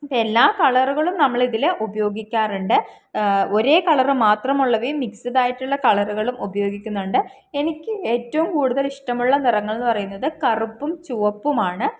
ഇപ്പോൾ എല്ലാ കളറുകളും നമ്മളിതിൽ ഉപയോഗിക്കാറുണ്ട് ഒരേ കളറ് മാത്രമുള്ളവയും മിക്സഡായിട്ടുള്ള കളറുകളും ഉപയോഗിക്കുന്നുണ്ട് എനിക്ക് ഏറ്റവും കൂടുതൽ ഇഷ്ടമുള്ള നിറങ്ങൾ എന്നു പറയുന്നത് കറുപ്പും ചുവപ്പുമാണ്